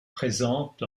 présente